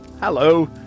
Hello